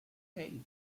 hey